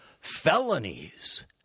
felonies